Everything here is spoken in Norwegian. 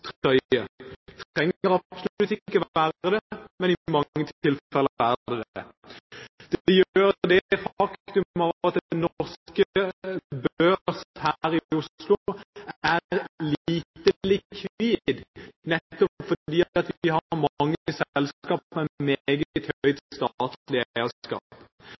trenger absolutt ikke være det, men i mange tilfeller er det det. Det gjør at den norske børs her i Oslo er lite likvid, nettopp fordi vi har mange selskaper med meget høy grad av statlig eierskap.